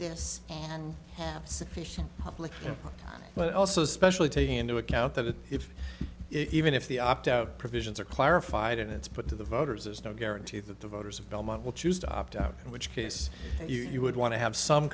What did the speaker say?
this and have sufficient but also especially taking into account that if even if the opt out provisions are clarified and it's put to the voters there's no guarantee that the voters of belmont will choose to opt out in which case you would want to have some